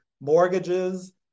mortgages